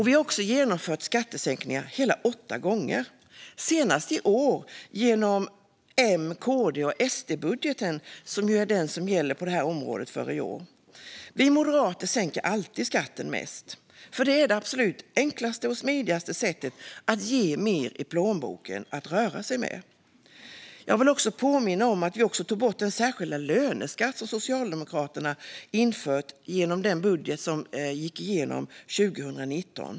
Vi har också genomfört skattesänkningar hela åtta gånger, senast i år genom M-KD-SD-budgeten, som ju gäller på detta område för i år. Vi moderater sänker alltid skatten mest, för det är det absolut enklaste och smidigaste sättet att ge mer i plånboken att röra sig med. Jag vill också påminna om att vi genom den budget som gick igenom 2019 även tog bort den särskilda löneskatt som Socialdemokraterna infört.